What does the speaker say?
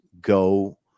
go